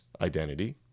identity